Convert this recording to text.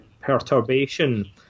perturbation